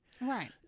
Right